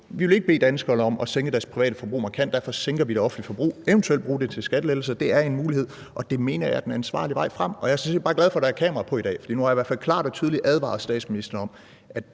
vil ikke bede danskerne om at sænke deres private forbrug markant, og derfor sænker vi det offentlige forbrug, eventuelt for at bruge det til skattelettelser. Det er en mulighed, og det mener jeg er den ansvarlige vej frem. Og jeg er sådan set bare glad for, at der er kamera på i dag, for nu har jeg i hvert fald klart og tydeligt advaret statsministeren om,